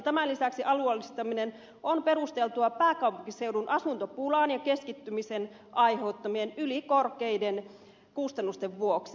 tämän lisäksi alueellistaminen on perusteltua pääkaupunkiseudun asuntopulan ja keskittymisen aiheuttamien ylikorkeiden kustannusten vuoksi